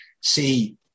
see